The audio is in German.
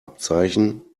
abzeichen